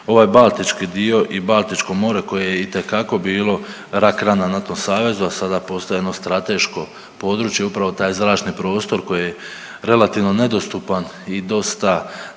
ovaj baltički dio i Baltičko more koje je itekako bilo rak rana NATO savezu, a sada postaje jedno strateško područje, upravo taj zračni prostor koji je relativno nedostupan i dosta